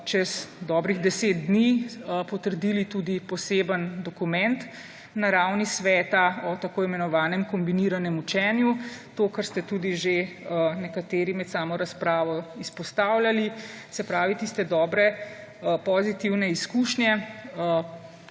čez dobrih 10 dni potrdili tudi poseben dokument na ravni Sveta o tako imenovanem kombiniranem učenju. To, kar ste tudi že nekateri med samo razpravo izpostavljali, se pravi tiste dobre, pozitivne izkušnje,